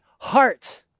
heart